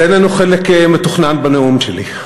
זה איננו חלק מתוכנן בנאום שלי.